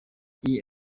iyi